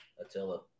Attila